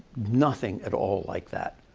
nothing at all like that.